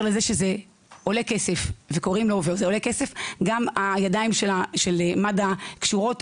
לזה שזה עולה כסף גם הידיים של מד"א קשורות,